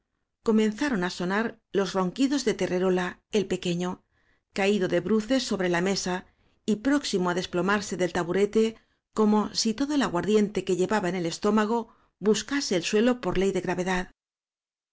zaron á sonar los ronquidos de terreróla el áñ pequeño caído de bruces sobre la mesa y pró ximo á desplomarse del taburete como si todo el aguardiente que llevaba en el estómago bus case el suelo por ley de gravedad